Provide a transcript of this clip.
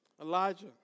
Elijah